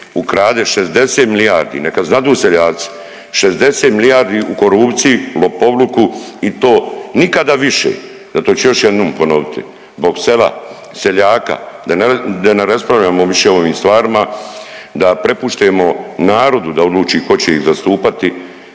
ukrade 60 milijardi, neka znadu seljaci, 60 milijardi u korupciji, lopovluku i to nikada više. Zato ću još jednom ponoviti zbog sela, seljaka, da ne raspravljamo više o ovim stvarima, da prepuštamo narodu da odluči tko će ih zastupati,